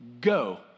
Go